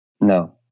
No